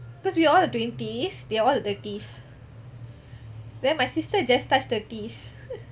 because we all the twenties they are all the thirties then my sister just thirties